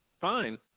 Fine